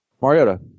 Mariota